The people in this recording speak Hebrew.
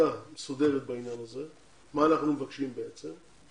החלטה מסודרת בעניין הזה, מה אנחנו מבקשים בעצם.